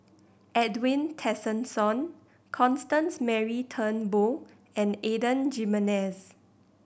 Edwin Tessensohn Constance Mary Turnbull and Adan Jimenez